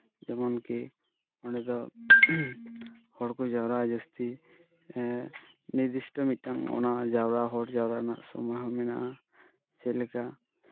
ᱡᱮᱢᱚᱱ ᱠᱤ ᱚᱸᱰᱮ ᱫᱚ ᱦᱚᱲ ᱠᱚ ᱡᱟᱣᱨᱟᱜᱼᱟ ᱡᱟᱹᱥᱛᱤ ᱱᱤᱨᱫᱤᱥᱴᱚ ᱢᱤᱫᱴᱟᱝ ᱚᱱᱟ ᱡᱟᱣᱨᱟ ᱦᱚᱲ ᱡᱟᱣᱨᱟ ᱨᱮᱱᱟᱜ ᱥᱚᱢᱚᱭ ᱦᱚᱸ ᱢᱮᱱᱟᱜᱼᱟ ᱪᱮᱫᱞᱮᱠᱟ